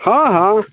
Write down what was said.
हँ हँ